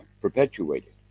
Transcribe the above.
perpetuated